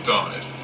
died